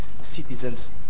citizens